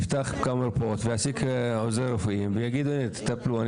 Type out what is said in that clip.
יפתח כמה מרפאות ויעסיק עוזרים רפואיים ויגיד להם תטפלו,